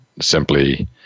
simply